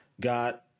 got